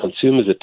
consumers